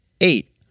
Eight